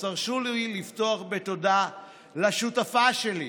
אז תרשו לי לפתוח בתודה לשותפה שלי,